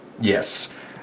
Yes